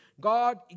God